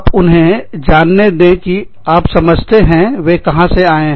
आप उन्हें जानने दे कि आप समझते हैं वे कहां से आए